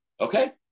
Okay